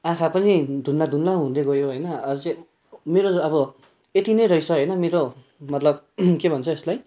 आँखा पनि धुन्द्ला धुन्द्ला हुँदै गयो होइन अनि चाहिँ मेरो अब यति नै रहेछ होइन मेरो मतलब के भन्छ यसलाई